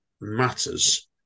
matters